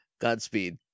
Godspeed